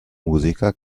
musica